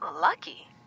lucky